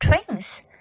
twins